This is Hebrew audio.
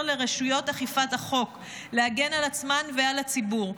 לרשויות אכיפת החוק להגן על עצמן ועל הציבור.